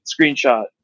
screenshot